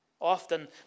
Often